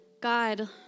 God